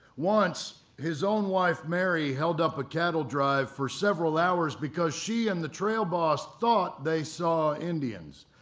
once his own wife mary held up a cattle drive for several hours because she and the trail boss thought they saw indians.